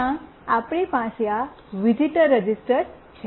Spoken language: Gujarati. ત્યાં આપણી પાસે આ વિઝિટર રજિસ્ટર છે